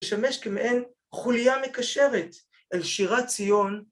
‫לשמש כמעין חוליה מקשרת ‫על שירת ציון.